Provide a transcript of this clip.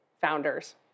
founders